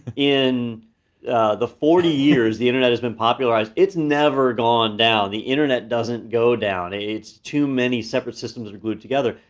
in the forty years the internet has been popularized, it's never gone down. the internet doesn't go down, it's too many separate systems glued together.